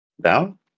Down